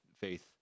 faith